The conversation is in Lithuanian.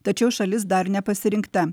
tačiau šalis dar nepasirinkta